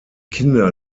kinder